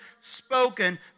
spoken